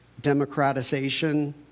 Democratization